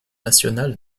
national